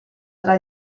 tra